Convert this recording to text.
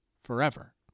forever